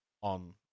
on